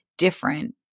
different